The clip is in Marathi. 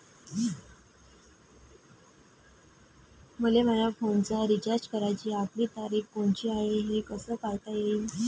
मले माया फोनचा रिचार्ज कराची आखरी तारीख कोनची हाय, हे कस पायता येईन?